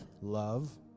Love